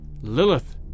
Lilith